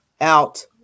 out